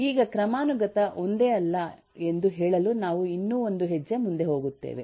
ಈಗ ಕ್ರಮಾನುಗತ ಒಂದೇ ಅಲ್ಲ ಎಂದು ಹೇಳಲು ನಾವು ಇನ್ನೂ ಒಂದು ಹೆಜ್ಜೆ ಮುಂದೆ ಹೋಗುತ್ತೇವೆ